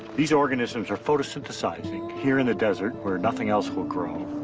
these organisms are photosynthesizing here in the desert, where nothing else will grow,